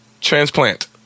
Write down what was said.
Transplant